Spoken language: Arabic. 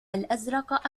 الأزرق